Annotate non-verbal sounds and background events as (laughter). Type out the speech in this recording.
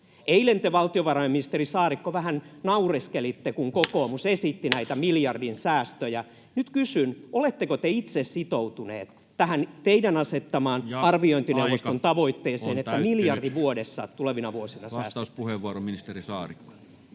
Eilen te, valtiovarainministeri Saarikko, vähän naureskelitte, (noise) kun kokoomus esitti näitä miljardin säästöjä. Nyt kysyn: oletteko te itse sitoutuneet tähän teidän asettamaanne [Puhemies: Aika on täyttynyt!] arviointineuvoston tavoitteeseen, että miljardi vuodessa tulevina vuosina säästettäisiin? Vastauspuheenvuoro, ministeri Saarikko.